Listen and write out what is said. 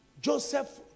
Joseph